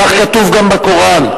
כך כתוב גם בקוראן.